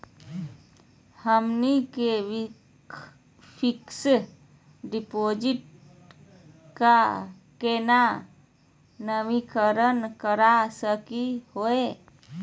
हमनी के fix deposit क केना नवीनीकरण करा सकली हो?